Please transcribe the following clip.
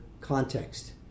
context